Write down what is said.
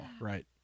Right